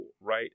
right